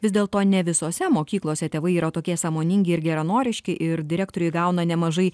vis dėlto ne visose mokyklose tėvai yra tokie sąmoningi ir geranoriški ir direktoriai gauna nemažai